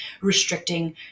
restricting